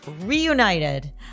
reunited